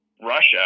Russia